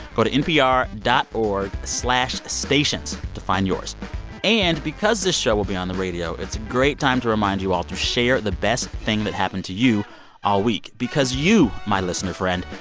go to npr dot org slash stations to find yours and because this show will be on the radio, it's a great time to remind you all to share the best thing that happened to you all week because you, my listener friend,